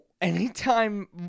anytime